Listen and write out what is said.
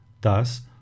Thus